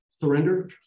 surrender